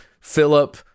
Philip